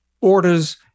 orders